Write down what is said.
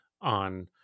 on